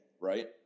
right